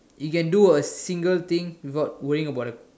you can do a single thing without worrying about